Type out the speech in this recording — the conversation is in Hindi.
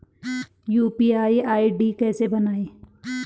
यु.पी.आई आई.डी कैसे बनायें?